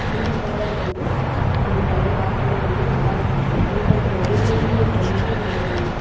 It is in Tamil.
முன்னாடி வர்றது வந்து அந்த பழைய பாட்டெல்லாம் வந்து நல்லா இருக்கும் கேட்குறத்துக்கு வரிகளும் அது வந்து ஒரு